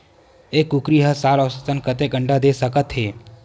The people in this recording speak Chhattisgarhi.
एक कुकरी हर साल औसतन कतेक अंडा दे सकत हे?